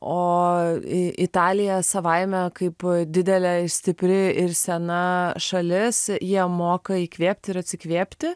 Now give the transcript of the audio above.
o į italiją savaime kaip didelė stipri ir sena šalis jie moka įkvėpti ir atsikvėpti